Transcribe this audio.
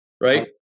right